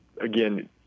again